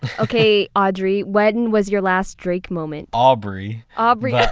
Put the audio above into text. but okay, audrey, when was your last drake moment? aubrey ah aubrey. yeah